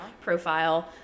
profile